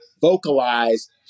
vocalize